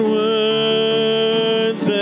words